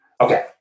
Okay